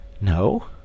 no